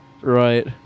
right